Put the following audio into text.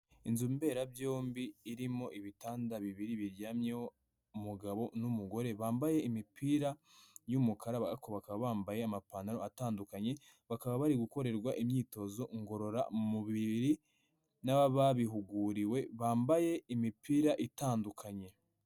Inzu mberabyombi irimo ibitanda bibiri biryamyeho umugabo n'umugore bambaye imipira y'umukara, ariko bakaba bambaye amapantaro atandukanye, bakaba bari gukorerwa imyitozo ngororamubiri n'ababihuguriwe, bambaye imipira itandukanye.